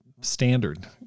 standard